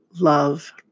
love